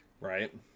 Right